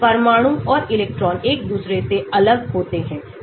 परमाणु और इलेक्ट्रॉन एक दूसरे से अलग होते हैं